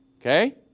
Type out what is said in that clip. Okay